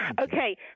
Okay